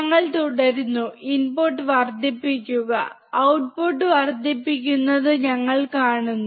ഞങ്ങൾ തുടരുന്നു ഇൻപുട്ട് വർദ്ധിപ്പിക്കുക ഔട്ട്പുട്ട് വർദ്ധിപ്പിക്കുന്നത് ഞങ്ങൾ കാണുന്നു